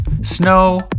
Snow